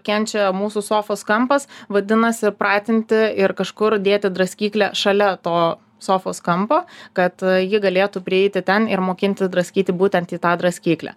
kenčia mūsų sofos kampas vadinasi pratinti ir kažkur dėti draskyklę šalia to sofos kampo kad ji galėtų prieiti ten ir mokinti draskyti būtent į tą draskyklę